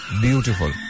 beautiful